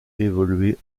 évoluer